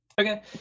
Okay